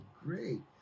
great